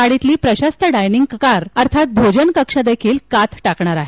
गाडीतील प्रशस्त dining car अर्थात भोजन कक्ष देखील कात टाकणार आहे